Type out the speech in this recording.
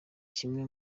kimwe